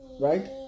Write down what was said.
Right